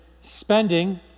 spending